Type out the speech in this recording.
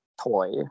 toy